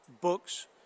books